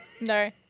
No